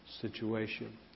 situation